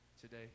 today